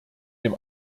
dem